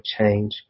change